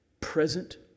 present